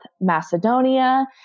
Macedonia